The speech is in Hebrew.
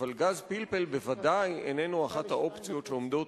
אבל גז פלפל בוודאי איננו אחת האופציות שעומדות